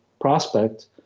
prospect